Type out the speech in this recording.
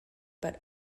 but